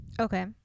Okay